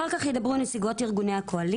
אחר כך ידברו נציגות ארגוני הקואליציה.